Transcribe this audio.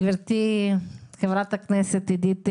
גברתי חברת הכנסת עידית סילמן,